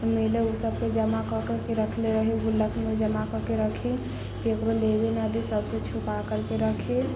मिलै ओ सबके जमा कऽ के के रखले रही गुल्लक मे जमा करके रखी केकरो लेबे ना दी सब से छुपा करके रखी